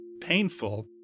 painful